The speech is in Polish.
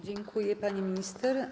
Dziękuję, pani minister.